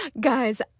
guys